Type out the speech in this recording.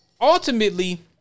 ultimately